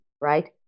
right